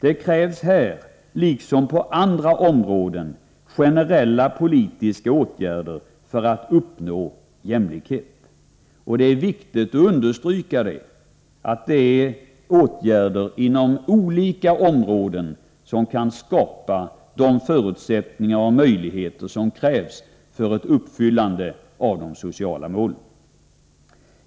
Det krävs här, liksom på andra områden, generella politiska åtgärder för att uppnå jämlikhet. Det är viktigt att understryka att det är åtgärder på olika områden som kan skapa de förutsättningar som krävs för ett uppfyllande av de sociala målen.